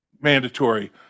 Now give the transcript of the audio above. mandatory